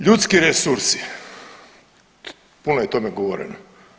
Ljudski resursi, puno je o tome govoreno.